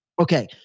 Okay